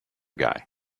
guy